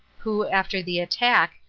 who after the attack,